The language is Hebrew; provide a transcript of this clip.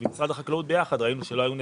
עם משרד החקלאות ביחד ראינו שלא היו נזקים,